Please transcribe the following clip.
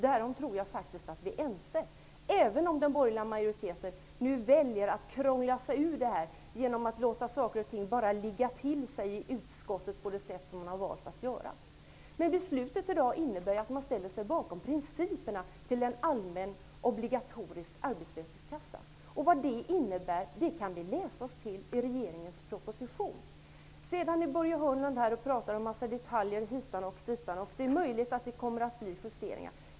Det tror jag faktiskt att vi är ense om, även om den borgerliga majoriteten nu väljer att krångla sig ur det hela genom att låta ärendet ''ligga till sig'' i utskottet på det sätt som man valt. Men beslutet som skall fattas i dag innebär ju att man ställer sig bakom principerna till en allmän obligatorisk arbetslöshetskassa. Vad dessa principer innebär kan vi läsa oss till i regeringens proposition. Börje Hörnlund talar här i kammaren om en mängd detaljer, och det är möjligt att vissa justeringar kommer att vidtagas.